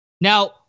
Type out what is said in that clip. Now